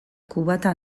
kubata